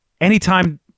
anytime